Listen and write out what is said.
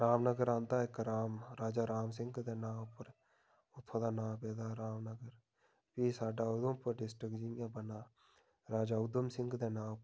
रामनगर आंदा ऐ इक राम राजा राम सिंह दे नांऽ उप्पर उत्थुं दा नांऽ पेदा रामनगर फ्ही साढ़ा उधमपुर डिस्ट्रिक जियां बना राजा उधम सिंह दे नांऽ उप्पर